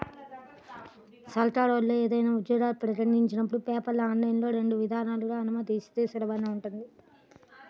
సర్కారోళ్ళు ఏదైనా ఉద్యోగాలు ప్రకటించినపుడు పేపర్, ఆన్లైన్ రెండు విధానాలనూ అనుమతిస్తే సులభంగా ఉంటది